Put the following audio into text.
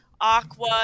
aqua